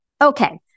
Okay